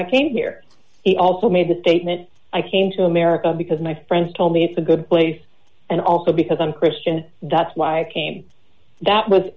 black came here he also made a statement i came to america because my friends told me it's a good place and also because i'm christian that's why i came that was